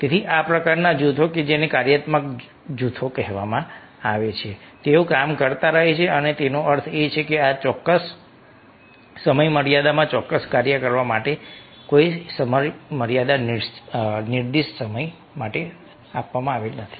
તેથી આ પ્રકારના જૂથો કે જેને કાર્યાત્મક જૂથો કહેવામાં આવે છે તેઓ કામ કરતા રહે છે તેનો અર્થ એ છે કે આ ચોક્કસ સમયમર્યાદામાં ચોક્કસ કાર્ય કરવા માટે કોઈ સમયમર્યાદા નિર્દિષ્ટ સમય નથી